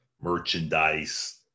merchandise